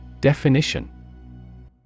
Definition